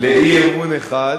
לאי-אמון אחד.